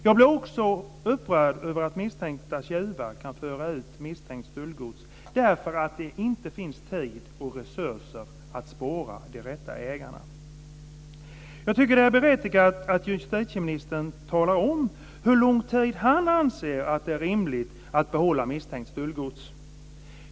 Jag blir också upprörd över att misstänkta tjuvar kan föra ut misstänkt stöldgods därför att det inte finns tid och resurser att spåra de rätta ägarna. Det är berättigat att justitieministern talar om hur lång tid han anser att det är rimligt att behålla misstänkt stöldgods.